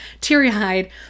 teary-eyed